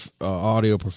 audio